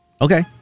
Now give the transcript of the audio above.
Okay